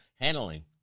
handling